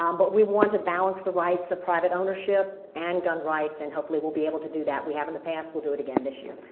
um but we want to balance the rights of private ownership and gun rights. and hopefully we'll be able to do that. we have in the past. we'll do it again this year.